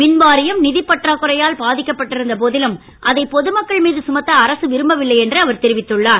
மின் வாரியம் நிதிப்பற்றாக்குறையால் பாதிக்கப் பட்டிருந்த போதிலும் அதை பொதுமக்கள் மீது சுமத்த அரசு விரும்பவில்லை என்று அவர் தெரிவித்துள்ளார்